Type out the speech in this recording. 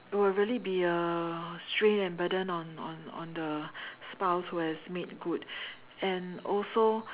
it will really be a strain and burden on on on the spouse who has made good and also